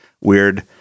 weird